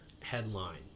headline